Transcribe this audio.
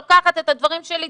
לוקחת את הדברים שלי,